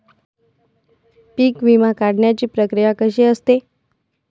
पीक विमा काढण्याची प्रक्रिया कशी असते?